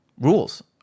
rules